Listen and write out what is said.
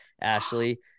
ashley